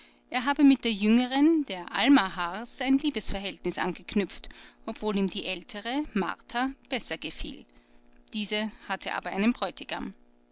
er habe mit der jüngeren der alma haars ein liebesverhältnis angeknüpft obwohl ihm die ältere martha besser gefiel diese hatte aber einen bräutigam